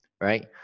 right